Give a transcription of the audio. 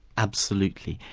absolutely.